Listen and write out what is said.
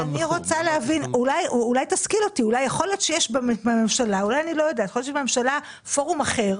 אולי תשכיל אותי, אולי יש בממשלה פורום אחר